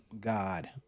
God